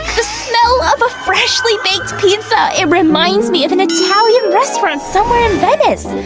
the smell of a freshly baked pizza, it reminds me of an italian restaurant somewhere in venice,